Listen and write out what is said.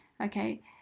Okay